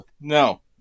No